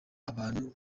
abantu